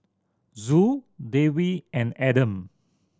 Zul Dewi and Adam